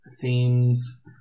themes